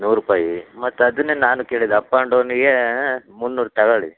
ನೂರು ರೂಪಾಯಿ ಮತ್ತು ಅದನ್ನೇ ನಾನೂ ಕೇಳಿದ್ದು ಅಪ್ ಆ್ಯಂಡ್ ಡೌನಿಗೇ ಮುನ್ನೂರು ತಗಳ್ಳಿ